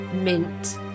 mint